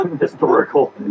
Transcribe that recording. Historical